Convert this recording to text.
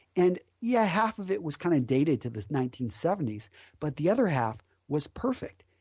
and yeah half of it was kind of dated to this nineteen seventy s but the other half was perfect.